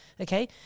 Okay